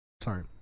Sorry